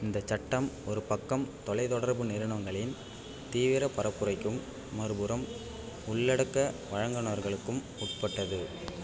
இந்த சட்டம் ஒரு பக்கம் தொலைத்தொடர்பு நிறுவனங்களின் தீவிர பரப்புரைக்கும் மறுபுறம் உள்ளடக்க வழங்குநர்களுக்கும் உட்பட்டது